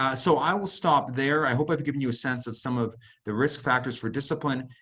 ah so i will stop there. i hope i've give you a sense of some of the risk factors for discipline,